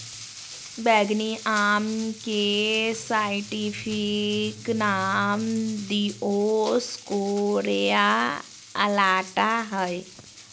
बैंगनी आम के साइंटिफिक नाम दिओस्कोरेआ अलाटा हइ